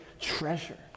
treasure